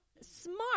smart